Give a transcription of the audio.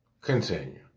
Continue